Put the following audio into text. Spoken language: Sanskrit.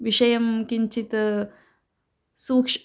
विषयः किञ्चित् सूक्ष्मः